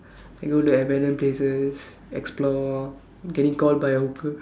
I go the abandoned places explore getting called by a hooker